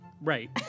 Right